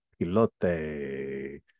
pilote